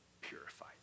purified